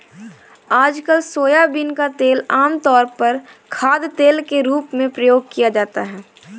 आजकल सोयाबीन का तेल आमतौर पर खाद्यतेल के रूप में प्रयोग किया जाता है